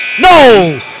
No